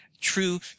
true